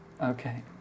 Okay